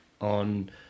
on